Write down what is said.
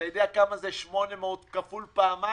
אתה יודע כמה זה 800 כפול פעמיים?